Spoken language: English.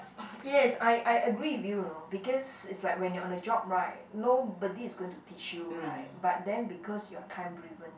yes I I agree with you you know because its like when you are on a job right nobody is going to teach you right but then because you are time driven